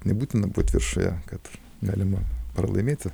nebūtina būt viršuje kad galima pralaimėti